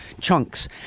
chunks